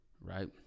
right